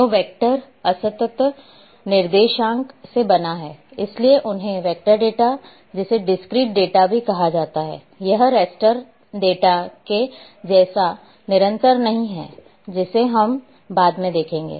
तो वेक्टर असतत निर्देशांक से बना है इसलिए उन्हें वेक्टर डेटा जिसे डिस्क्रीट डेटा भी कहा जाता है यह रैस्टर डेटा के जैसानिरंतर नहीं है जिसे हम बाद में देखेंगे